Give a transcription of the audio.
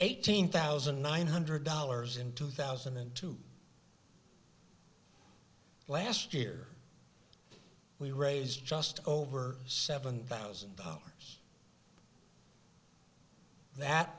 eighteen thousand nine hundred dollars in two thousand and two last year we raised just over seven thousand dollars that